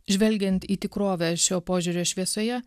žvelgiant į tikrovę šio požiūrio šviesoje